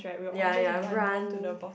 ya ya run